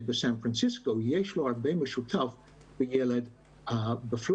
בסן פרנסיסקו יש הרבה משותף עם ילד בפלורידה.